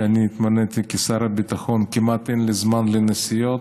מאז התמניתי לשר ביטחון כמעט אין לי זמן לנסיעות,